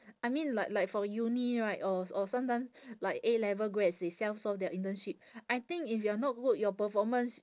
I mean like like for uni right or or sometimes like A level grads they self source their internship I think if you're not good your performance